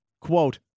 quote